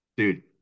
Dude